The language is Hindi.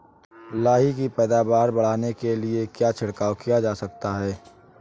लाही की पैदावार बढ़ाने के लिए क्या छिड़काव किया जा सकता है?